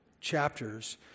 chapters